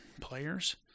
players